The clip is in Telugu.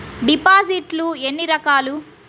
డిపాజిట్లు ఎన్ని రకాలు?